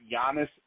Giannis